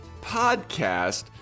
podcast